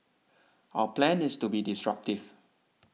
our plan is to be disruptive